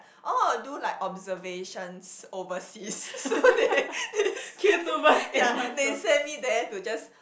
orh do like observations overseas so they this ya they send me there to just